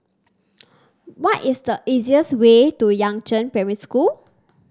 what is the easiest way to Yangzheng Primary School